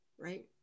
Right